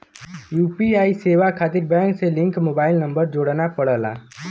UPI सेवा खातिर bank से लिंक मोबाइल नंबर जोड़ना पड़ला